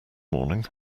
morning